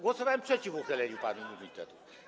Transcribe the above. Głosowałem przeciw uchyleniu panu immunitetu.